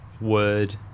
word